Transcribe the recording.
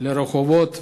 לרחובות ולזעוק.